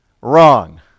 Wrong